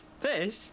fish